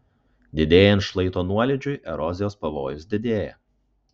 didėjant šlaito nuolydžiui erozijos pavojus didėja